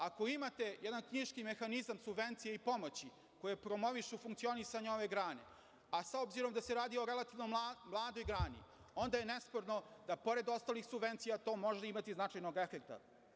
Ako imate jedan knjiški mehanizam subvencija i pomoći koje promovišu funkcionisanje ove grane, a s obzirom da se radi o relativno mladoj grani, onda je nesporno da pored ostalih subvencija to može imati značajnog efekta.